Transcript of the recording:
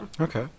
okay